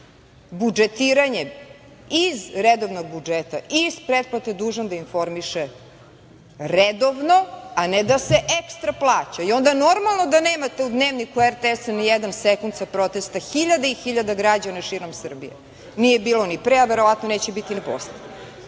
budžetiranjem iz redovnog budžeta i iz preplate dužan da informiše redovno, a ne da se ekstra plaća? I onda je normalno da nemate u Dnevniku RTS-a nijedan sekund sa protesta hiljada i hiljada građana širom Srbije, nije bilo ni pre, a verovatno neće biti ni posle.I